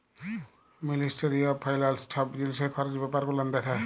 ministry of ফাইলালস ছব জিলিসের খরচ ব্যাপার গুলান দ্যাখে